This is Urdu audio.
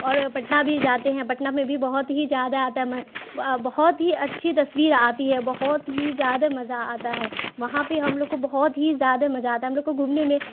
اور پٹنہ بھی جاتے ہیں پٹنہ میں بھی بہت ہی زیادہ آتا ہے بہت ہی اچھی تصویر آتی ہے بہت ہی زیادہ مزہ آتا ہے وہاں پہ ہم لوگ کو بہت ہی زیادہ مزہ آتا ہے ہم لوگ کو گھومنے میں